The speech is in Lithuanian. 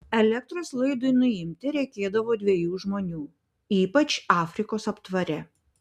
elektros laidui nuimti reikėdavo dviejų žmonių ypač afrikos aptvare